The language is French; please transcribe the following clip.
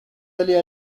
aller